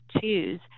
choose